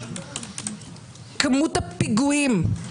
כמות הפיגועים,